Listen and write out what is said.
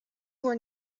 were